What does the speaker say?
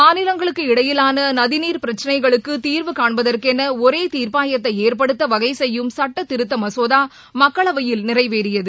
மாநிலங்களுக்கு இடையிலானநதிநீர் பிரச்சினைகளுக்குதீர்வு காண்பதற்கெனஒரேதீர்ப்பாயத்தைஏற்படுத்தவகைசெய்யும் சுட்டத் திருத்தமசோதாமக்களவையில் நிறைவேறியது